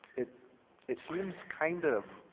it it seems kind of